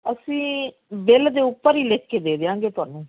ਅਸੀਂ ਬਿੱਲ ਦੇ ਉੱਪਰ ਹੀ ਲਿਖ ਕੇ ਦੇ ਦਿਆਂਗੇ ਤੁਹਾਨੂੰ